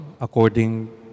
according